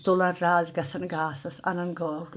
تُلان رَز گژھان گاسَس انان گٲو